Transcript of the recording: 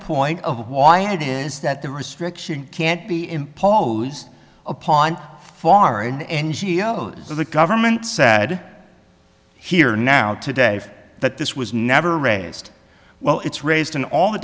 point of why it is that the restriction can't be imposed upon foreign n g o s so the government said here now today that this was never raised well it's raised in all the